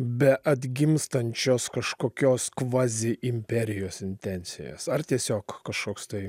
beatgimstančios kažkokios kvazi imperijos intencijas ar tiesiog kažkoks tai